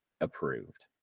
approved